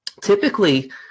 typically